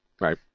Right